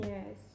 Yes